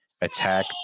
attack